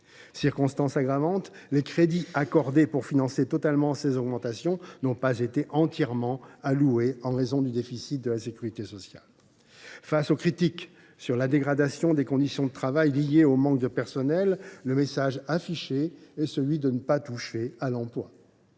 Circonstance aggravante, les crédits accordés pour financer ces augmentations n’ont pas été entièrement alloués, en raison du déficit de la sécurité sociale. Face aux critiques sur la dégradation des conditions de travail liée au manque de personnel, le message affiché est de ne pas toucher à l’emploi.